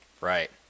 Right